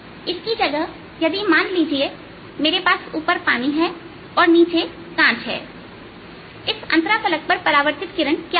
इसकी जगह यदि मान लीजिए मेरे पास ऊपर पानी और नीचे ग्लास हैइसअंतराफलक पर परावर्तित किरण क्या होगी